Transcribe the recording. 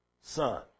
son